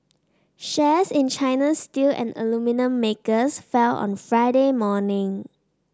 shares in China's steel and aluminium makers fell on Friday morning